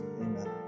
Amen